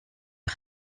les